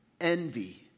envy